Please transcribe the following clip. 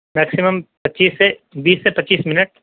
maximum پچیس سے بیس سے پچیس منٹ